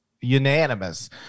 unanimous